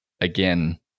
again